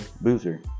Boozer